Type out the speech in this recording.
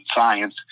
science